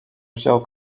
wziął